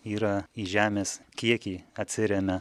yra į žemės kiekį atsiremia